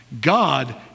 God